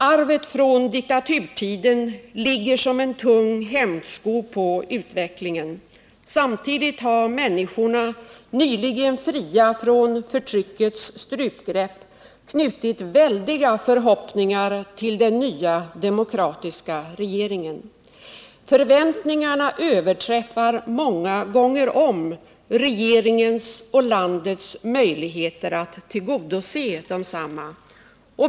Arvet från diktaturtiden ligger som en tung hämsko på utvecklingen. Samtidigt har människorna, nyligen fria från förtryckets strupgrepp, knutit väldiga förhoppningar till den nya, demokratiska regeringen. Förväntningarna överträffar många gånger om regeringens och landets möjligheter att tillgodose desamma.